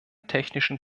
technischen